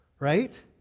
right